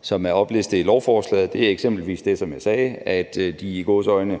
som er oplistet i lovforslaget. Det er eksempelvis det, som jeg sagde, at de jo altså – i gåseøjne